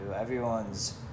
Everyone's